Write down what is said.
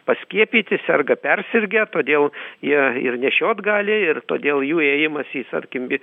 paskiepyti serga persirgę todėl jie ir nešiot gali ir todėl jų ėjimas į tarkim į